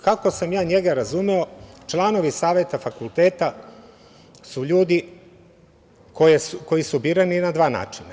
Kako sam ja njega razumeo, članovi saveta fakulteta su ljudi koji su birani na dva načina.